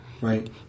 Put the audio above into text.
Right